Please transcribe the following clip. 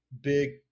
big